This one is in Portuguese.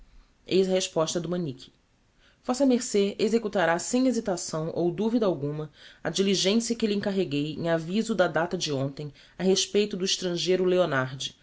eis a resposta do manique vm ce executará sem exhitação ou duvida alguma a diligencia que lhe encarreguei em aviso da data de hontem a respeito do estrangeiro leonardi